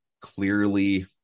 clearly